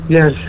Yes